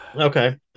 okay